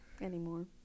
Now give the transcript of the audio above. anymore